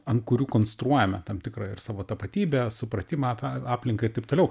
ant kurių konstruojame tam tikrą ir savo tapatybę supratimą apie aplinką ir taip toliau